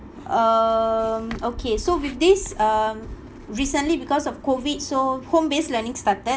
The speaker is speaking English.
um okay so with this um recently because of COVID so home-based learning starting